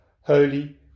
holy